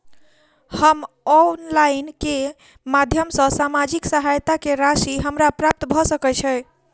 हम ऑनलाइन केँ माध्यम सँ सामाजिक सहायता केँ राशि हमरा प्राप्त भऽ सकै छै?